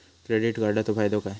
Credit कार्डाचो फायदो काय?